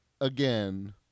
Again